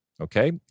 okay